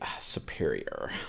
superior